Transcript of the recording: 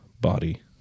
body